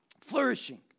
flourishing